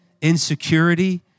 insecurity